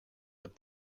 but